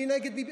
למי נגד ביבי.